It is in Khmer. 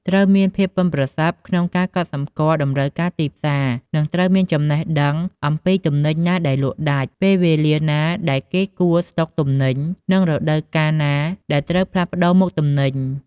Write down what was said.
ត្រូវមានភាពប៉ិនប្រសប់ក្នុងការកត់សម្គាល់តម្រូវការទីផ្សារ និងត្រូវមានចំណេះដឹងអំពីទំនិញណាដែលលក់ដាច់ ពេលវេលាណាដែលគួរស្ដុកទំនិញ និងរដូវកាលណាដែលត្រូវផ្លាស់ប្ដូរមុខទំនិញ។